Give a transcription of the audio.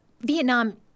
Vietnam